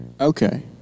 Okay